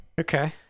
Okay